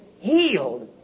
healed